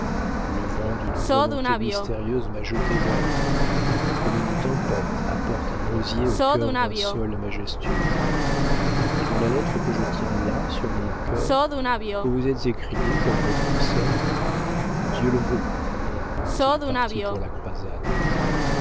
le vent d'une volonté mystérieuse m'a jetée vers vous comme une tempête apporte un rosier au cœur d'un saule majestueux et dans la lettre que je tiens là sur mon cœur vous vous êtes écrié comme votre ancêtre dieu le veut quand il partit pour la croisade